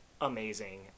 amazing